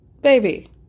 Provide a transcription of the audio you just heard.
Baby